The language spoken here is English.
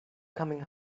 coming